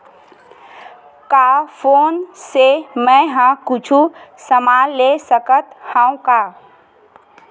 का फोन से मै हे कुछु समान ले सकत हाव का?